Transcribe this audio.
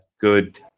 good